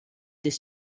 this